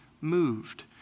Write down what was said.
moved